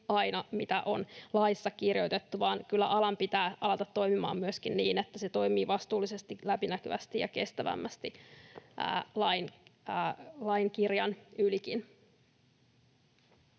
aina se, mitä on laissa kirjoitettu, vaan kyllä alan pitää alkaa toimimaan myöskin niin, että se toimii vastuullisesti, läpinäkyvästi ja kestävämmin lain kirjan ylikin.